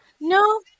no